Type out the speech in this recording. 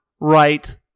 right